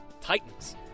Titans